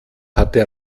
hatte